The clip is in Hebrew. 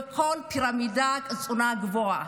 ובכל פירמידת הקצונה הגבוהה.